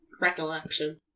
recollection